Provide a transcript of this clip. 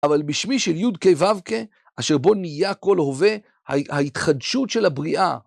אבל בשמי של יודקי ובקה, אשר בו נהיה כל הווה, ההתחדשות של הבריאה.